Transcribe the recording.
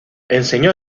enseñó